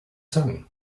tongue